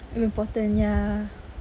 important ya